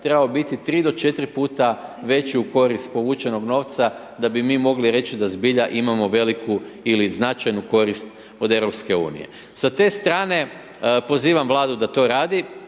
trebao biti tri do četiri puta veći u korist povučenog novca, da bi mi mogli reći da zbilja imamo veliku ili značajnu korist od Europske unije. Sa te strane pozivam Vladu da to radi,